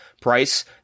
price